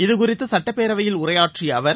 இதுகுறித்து சட்டப்பேரவையில் உரையாற்றிய அவர்